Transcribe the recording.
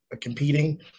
competing